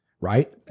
right